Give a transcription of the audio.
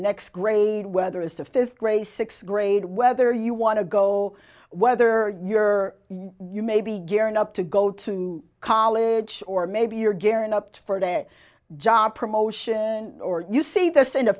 next grade whether it's a fifth grade sixth grade whether you want to go whether you're you may be gearing up to go to college or maybe you're gearing up for that job promotion or you see this in the